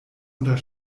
unter